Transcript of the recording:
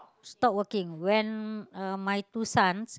stop working when uh my two sons